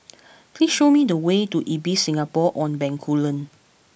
please show me the way to Ibis Singapore on Bencoolen